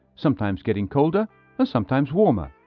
sometimes getting colder but sometimes warmer.